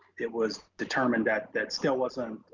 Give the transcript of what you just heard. it was determined that that still wasn't